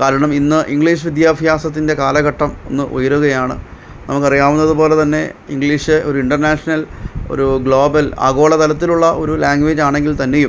കാരണം ഇന്ന് ഇങ്ക്ളീഷ് വിദ്യാഭ്യാസത്തിന്റെ കാലഘട്ടം ഇന്ന് ഉയരുകയാണ് നമ്മക്കറിയാവുന്നത് പോലെ തന്നെ ഇങ്ക്ളീഷ് ഒരു ഇന്റര്നാഷ്ണല് ഒരു ഗ്ലോബല് ആഗോളതലത്തിലുള്ള ഒരു ലാങ്വേജാണെങ്കില് തന്നെയും